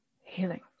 healing